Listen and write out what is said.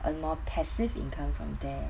earn more passive income from there